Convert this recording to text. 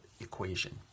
equation